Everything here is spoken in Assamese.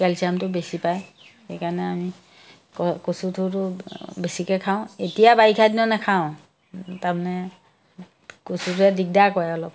কেলছিয়ামটো বেছি পায় সেইকাৰণে আমি ক কচুটোতো বেছিকৈ খাওঁ এতিয়া বাৰিষা দিনত নাখাওঁ তাৰমানে কচুটোৱে দিগদাৰ কৰে অলপ